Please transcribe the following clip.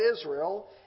Israel